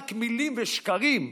רק מילים ושקרים,